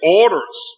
orders